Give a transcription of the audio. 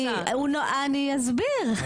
אני אסביר.